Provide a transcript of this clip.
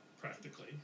practically